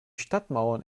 stadtmauern